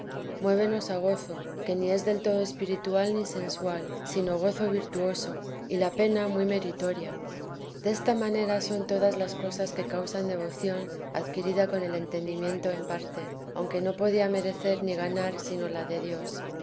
muévenos a gozo que ni es del todo espiritual ni sensual sino gozo virtuoso y la pena muy meritoria desta manera son todas las cosas que causan devoción adquirida con el entendimiento en parte aunque no podía merecer ni ganar si no la da dios